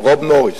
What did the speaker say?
Rob Morris.